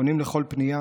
עונים על כל פנייה,